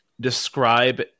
describe